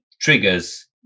triggers